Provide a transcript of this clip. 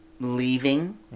leaving